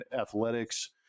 athletics